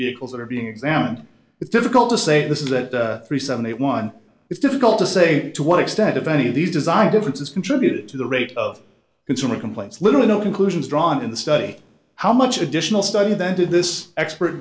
vehicles that are being examined it's difficult to say this is that three seventy one it's difficult to say to what extent if any of these design differences contributed to the rate of consumer complaints little or no conclusions drawn in the study how much additional study then did this expert